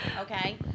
okay